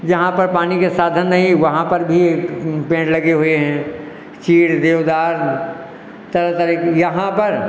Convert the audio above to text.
जहाँ पर पानी के साधन नहीं वहाँ पर भी पेड़ लगे हुए हैं चीड़ देवदार तरह तरह की यहाँ पर